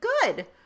good